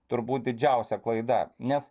turbūt didžiausia klaida nes